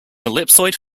ellipsoid